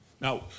Now